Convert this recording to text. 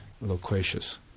loquacious